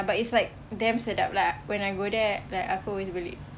but its like damn sedap lah when I go there like aku always beli